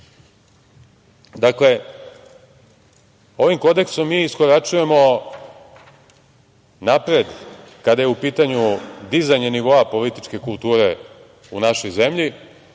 šanse. Dakle, ovim kodeksom mi iskoračujemo napred kada je u pitanju dizanje nivoa političke kulture u našoj zemlji.